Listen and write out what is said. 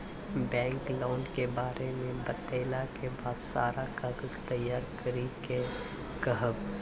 Bank loan के बारे मे बतेला के बाद सारा कागज तैयार करे के कहब?